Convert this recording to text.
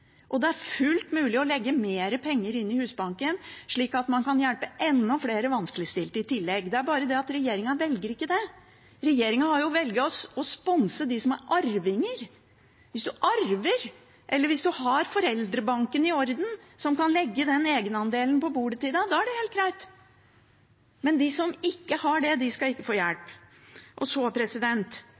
godt. Det er fullt mulig å legge mer penger inn i Husbanken, slik at man kan hjelpe enda flere vanskeligstilte i tillegg. Det er bare det at regjeringen velger ikke det. Regjeringen har valgt å sponse dem som er arvinger. Hvis du arver, eller hvis du har foreldrebanken i orden, som kan legge egenandelen på bordet for deg, er det helt greit. Men de som ikke har det, skal ikke få hjelp. Så